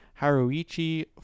Haruichi